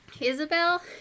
Isabel